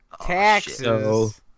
Taxes